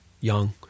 young